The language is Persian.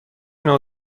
نوع